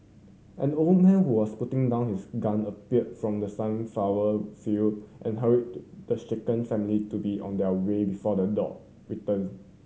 an old man who was putting down his gun appeared from the sunflower field and hurried the shaken family to be on their way before the dog return